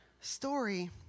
story